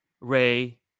Ray